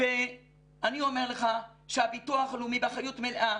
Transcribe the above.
אני אומר לך שהביטוח הלאומי באחריות מלאה